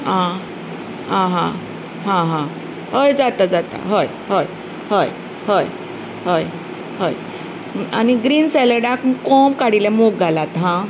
आह आहा हा हा हय जाता जाता हय हय हय हय हय हय आनी ग्रीन सॅलॅडांत कोंब काडिल्लें मूग घालात हां